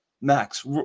Max